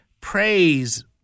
Praise